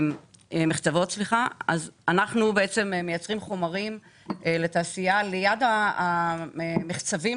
אנחנו בעצם מייצרים חומרים לתעשייה ליד המחצבים